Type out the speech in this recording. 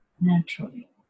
naturally